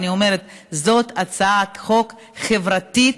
אני אומרת, זו הצעת חוק חברתית,